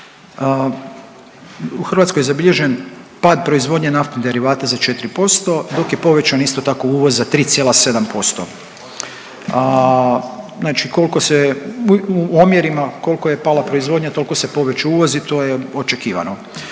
U Hrvatskoj je zabilježen pad proizvodnje naftnih derivata za 4% dok je povećan isto tako uvoz za 3,7%. Znači koliko se, u omjerima koliko je pala proizvodnja toliko se povećao uvoz i to je očekivano.